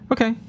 Okay